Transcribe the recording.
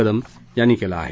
कदम यांनी केलं आहे